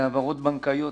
להעברות בנקאיות,